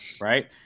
right